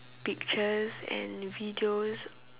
pictures and videos